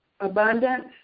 Abundance